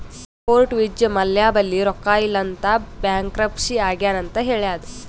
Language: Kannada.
ಕೋರ್ಟ್ ವಿಜ್ಯ ಮಲ್ಯ ಬಲ್ಲಿ ರೊಕ್ಕಾ ಇಲ್ಲ ಅಂತ ಬ್ಯಾಂಕ್ರಪ್ಸಿ ಆಗ್ಯಾನ್ ಅಂತ್ ಹೇಳ್ಯಾದ್